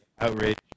outrage